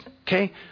Okay